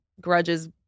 grudges